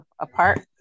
apart